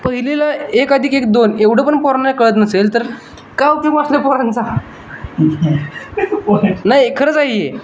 पहिलीला एक अधिक एक दोन एवढं पण पोरांना कळत नसेल तर काय उपयोग ओ असल्या पोरांचा नाही खरंच आहे हे